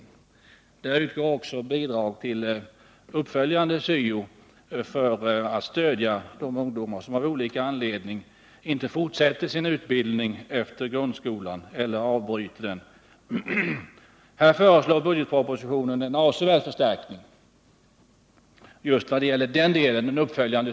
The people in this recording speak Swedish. Ur anslaget utgår också bidrag till s.k. uppföljande syo för att stödja ungdomar som av olika anledningar inte fortsätter sin utbildning efter grundskolan eller som avbryter påbörjad utbildning. För den uppföljande syoverksamheten föreslås i budgetpropositionen en avsevärd förstärkning.